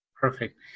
Perfect